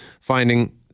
Finding